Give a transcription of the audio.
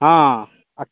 हँ